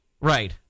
Right